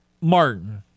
Martin